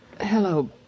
Hello